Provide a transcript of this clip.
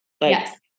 Yes